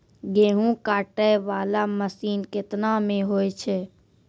गेहूँ काटै वाला मसीन केतना मे होय छै?